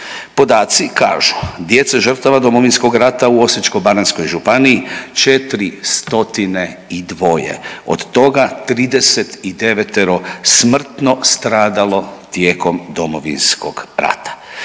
Podaci kažu, djece žrtava Domovinskog rata u Osječko-baranjskoj županiji 4 stotine i dvoje, od toga 39. smrtno stradalo tijekom Domovinskog rata.